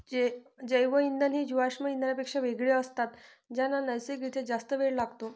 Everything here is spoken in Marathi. जैवइंधन हे जीवाश्म इंधनांपेक्षा वेगळे असतात ज्यांना नैसर्गिक रित्या जास्त वेळ लागतो